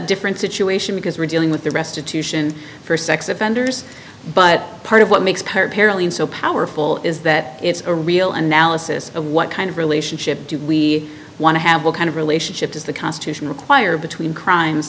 different situation because we're dealing with the restitution for sex offenders but part of what makes purposefully and so powerful is that it's a real analysis of what kind of relationship do we want to have what kind of relationship does the constitution require between crimes